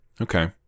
Okay